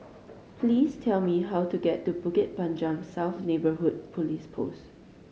please tell me how to get to Bukit Panjang South Neighbourhood Police Post